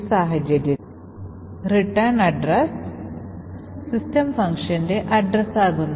ഈ സാഹചര്യത്തിൽ റിട്ടേൺ വിലാസം system functionന്റെ അഡ്രസ് ആകുന്നു